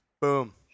Boom